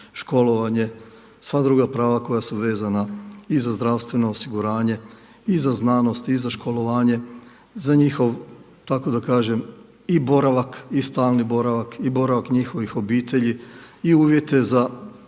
školovanje, sva druga prava koja su vezana i za zdravstveno osiguranje i za znanost i za školovanje, za njihov tako da kažem i boravak i stalni boravak i boravak njihovih obitelji i uvjete za